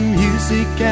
music